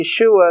Yeshua